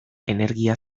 energia